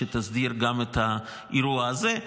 שתסדיר גם את האירוע הזה.